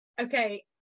Okay